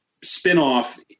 spinoff